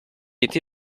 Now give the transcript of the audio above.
été